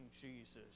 Jesus